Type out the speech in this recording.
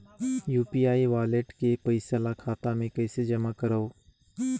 UPI wallet के पईसा ल खाता मे कइसे जमा करव?